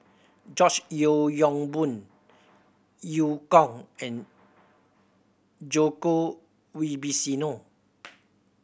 George Yeo Yong Boon Eu Kong and Djoko Wibisono